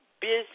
business